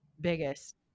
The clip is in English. biggest